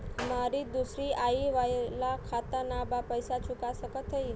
हमारी दूसरी आई वाला खाता ना बा पैसा चुका सकत हई?